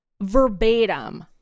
verbatim